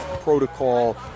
protocol